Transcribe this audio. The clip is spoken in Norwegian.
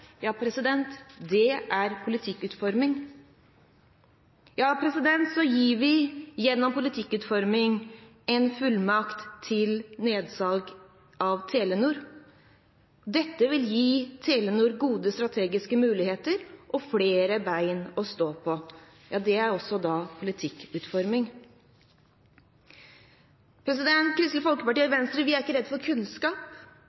er politikkutforming. Så gir vi gjennom politikkutforming fullmakt til nedsalg av Telenor. Dette vil gi Telenor gode strategiske muligheter og flere ben å stå på. Det er også politikkutforming. Vi i Kristelig Folkeparti og Venstre er ikke redd for kunnskap.